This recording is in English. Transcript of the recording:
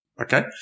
Okay